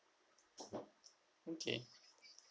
okay